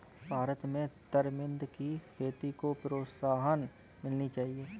भारत में तरमिंद की खेती को प्रोत्साहन मिलनी चाहिए